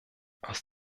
aus